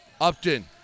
Upton